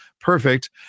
perfect